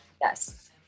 yes